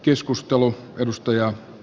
herra puhemies